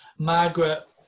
Margaret